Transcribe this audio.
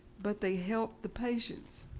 but they help the patients.